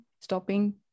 stopping